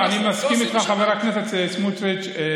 אני מסכים איתך, חבר הכנסת סמוטריץ'.